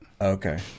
Okay